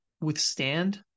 withstand